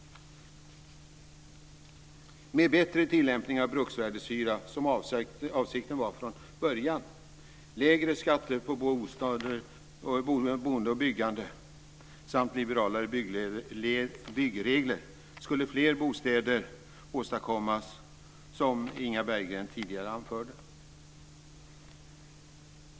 Med bättre tillämpning av bruksvärdeshyra, som avsikten var från början, lägre skatter på bostäder, boende och byggande samt liberalare byggregler skulle fler bostäder åstadkommas, som Inga Berggren tidigare anförde.